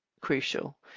crucial